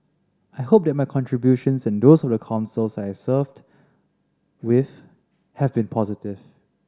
I hope that my contributions and those of the Councils I served with have been positive